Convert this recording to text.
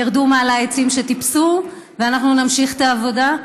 ירדו מהעצים שטיפסו עליהם ואנחנו נמשיך את העבודה,